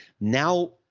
Now